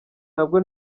nabwo